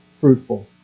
fruitful